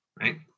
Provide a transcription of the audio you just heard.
right